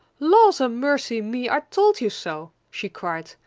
laws a mercy me, i told you so! she cried,